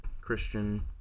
Christian